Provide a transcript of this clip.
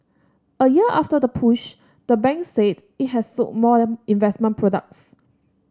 a year after the push the bank said it has sold more investment products